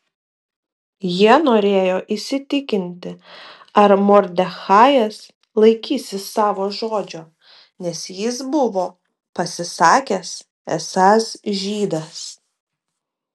jie norėjo įsitikinti ar mordechajas laikysis savo žodžio nes jis buvo pasisakęs esąs žydas